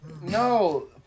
no